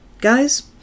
guys